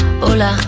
hola